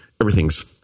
Everything's